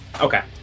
Okay